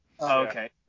okay